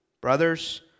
Brothers